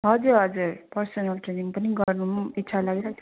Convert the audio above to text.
हजुर हजुर personal training पनि गरुम् इच्छा लागिरहेको थियो